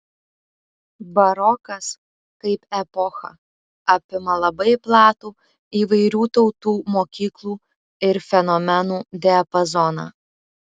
barokas kaip epocha apima labai platų įvairių tautų mokyklų ir fenomenų diapazoną